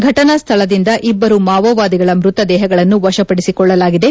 ಫಟನಾ ಸ್ನಳದಿಂದ ಇಬ್ಲರು ಮಾವೋವಾದಿಗಳ ಮೃತ ದೇಹಗಳನ್ನು ವಶಪಡಿಸಿಕೊಳ್ಳಲಾಗಿದೆ